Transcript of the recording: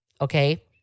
okay